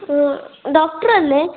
ഡോക്ടറല്ലേ